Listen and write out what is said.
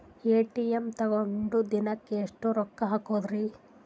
ATM ತಗೊಂಡ್ ದಿನಕ್ಕೆ ಎಷ್ಟ್ ರೊಕ್ಕ ಹಾಕ್ಬೊದ್ರಿ?